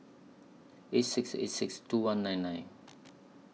eight six eight six two one nine nine